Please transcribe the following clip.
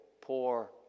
poor